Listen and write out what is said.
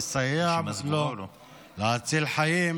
לסייע להציל חיים,